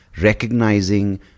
recognizing